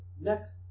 next